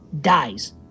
dies